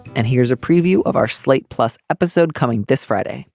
and here's a preview of our slate plus episode coming this friday